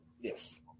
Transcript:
Yes